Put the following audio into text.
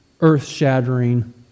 earth-shattering